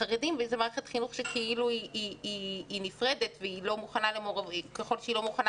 וזאת מערכת חינוך שהיא כאילו נפרדת וככל שהיא לא מוכנה